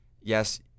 yes